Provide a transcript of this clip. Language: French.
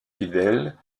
fidèles